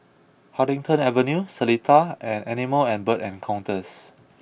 Huddington Avenue Seletar and Animal and Bird Encounters